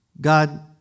God